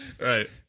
Right